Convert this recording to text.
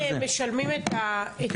ברור לי שאתם משלמים את המחיר.